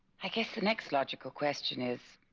i guess the next logical question is